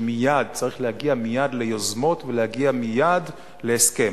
שצריך להגיע מייד ליוזמות ולהגיע מייד להסכם.